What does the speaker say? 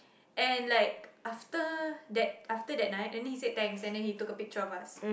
and like after that after that night and then he said thanks and then he took a picture of us